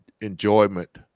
enjoyment